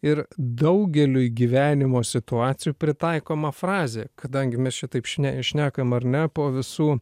ir daugeliui gyvenimo situacijų pritaikoma frazė kadangi mes čia taip šne šnekam ar ne po visų